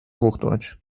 hochdeutsch